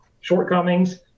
shortcomings